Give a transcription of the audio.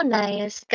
nice